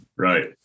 Right